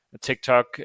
TikTok